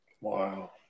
wow